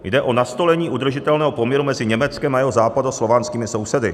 Jde o nastolení udržitelného poměru mezi Německem a jeho západoslovanskými sousedy.